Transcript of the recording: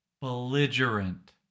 Belligerent